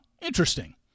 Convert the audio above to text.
interesting